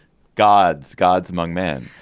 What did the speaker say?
gods gods among men.